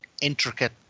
intricate